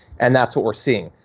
and that's what we're seeing.